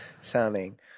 sounding